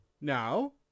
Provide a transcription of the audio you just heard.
Now